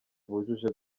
bujuje